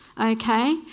okay